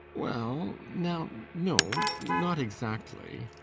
well now no not exactly,